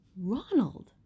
Ronald